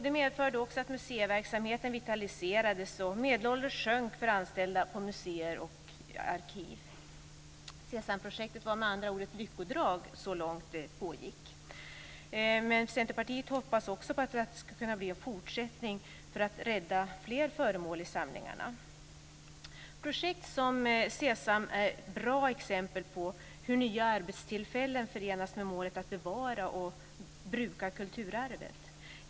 Det medförde också att museiverksamheten vitaliserades och medelåldern sjönk för anställda på museer och arkiv. SESAM-projektet var med andra ord ett lyckodrag, så länge det pågick. Centerpartiet hoppas också att det ska kunna bli en fortsättning för att rädda fler föremål i samlingarna. Projekt som SESAM är bra exempel på hur nya arbetstillfällen förenas med målet att bevara och bruka kulturarvet.